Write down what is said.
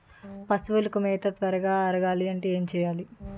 పశువులకు మేత త్వరగా అరగాలి అంటే ఏంటి చేయాలి?